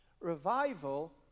Revival